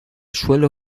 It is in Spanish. suelo